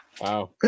Wow